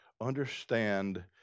understand